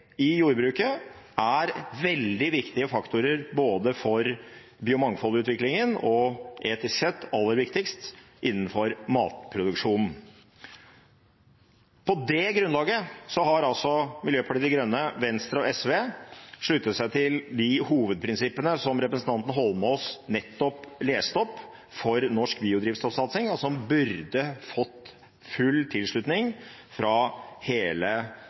i jordbruket er veldig viktige faktorer for biomangfoldutviklingen og – etisk sett – aller viktigst innenfor matproduksjonen. På det grunnlaget har altså Miljøpartiet De Grønne, Venstre og SV sluttet seg til de hovedprinsippene som representanten Eidsvoll Holmås nettopp leste opp, for norsk biodrivstoffsatsing, som burde fått full tilslutning fra hele